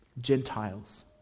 Gentiles